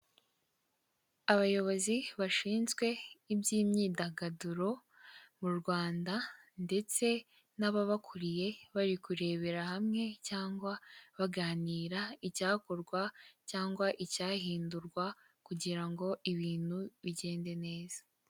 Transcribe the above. Abayobozi bashinzwe iby'imyidagaduro mu Rwanda ndetse n'ababakuriye bari kurebera hamwe cyangwa baganira icyakorwa, cyangwa icyahindurwa kugira ngo ibintu bigende neza.